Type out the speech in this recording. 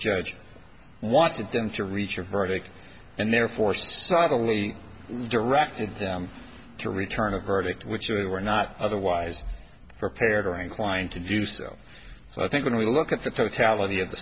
judge wanted them to reach a verdict and therefore subtly directed them to return a verdict which we were not otherwise prepared or inclined to do so so i think when we look at